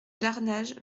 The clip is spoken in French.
larnage